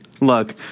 look